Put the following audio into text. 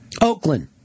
Oakland